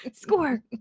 score